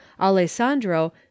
Alessandro